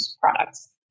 products